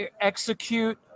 execute